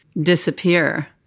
disappear